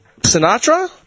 Sinatra